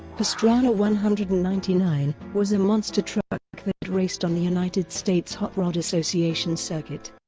pastrana one hundred and ninety nine was a monster truck that raced on the united states hot rod association circuit.